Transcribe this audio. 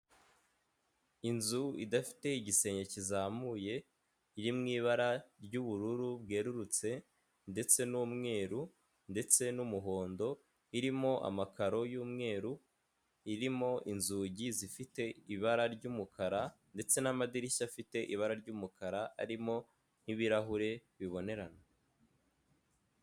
Inzu idafite igisenge kizamuye iri mu ibara ry'ubururu bwerurutse ndetse n'umweru ndetse n'umuhondo, irimo amakaro y'umweru irimo inzugi zifite ibara ry'umukara ndetse n'amadirishya afite ibara ry'umukara, arimo nk'ibirahure bibonerana.